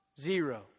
Zero